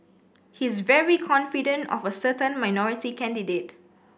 he's very confident of a certain minority candidate